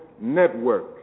network